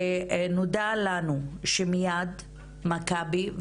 ונודע לנו שמיד מכבי,